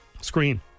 screen